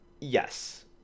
yes